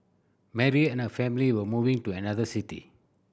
Mary and her family were moving to another city